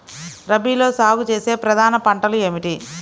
రబీలో సాగు చేసే ప్రధాన పంటలు ఏమిటి?